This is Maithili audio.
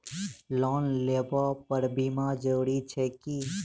लोन लेबऽ पर बीमा जरूरी छैक की?